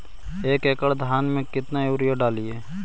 एक एकड़ धान मे कतना यूरिया डाली?